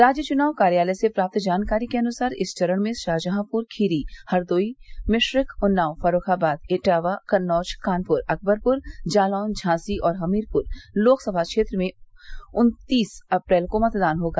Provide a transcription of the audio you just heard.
राज्य चुनाव कार्यालय से प्राप्त जानकारी के अनुसार इस चरण में शाजहापुर खीरी हरदोई मिश्रिख उन्नाव फर्रुखाबाद इटावा कन्नौज कानपुर अकबरपुर जालौन झांसी और हमीरपुर लोकसभा क्षेत्र में उन्तीस अप्रैल को मतदान होगा